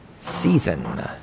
season